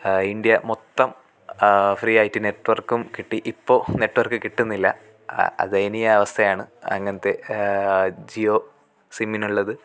India മൊത്തം ഫ്രീയായിട്ട് നെറ്റ്വർക്കും കിട്ടി ഇപ്പോൾ നെറ്റ്വർക്ക് കിട്ടുന്നില്ല ദയനീയ അവസ്ഥയാണ് അങ്ങനത്തെ ജിയോ സിമ്മിനുള്ളത്